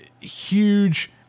huge